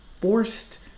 forced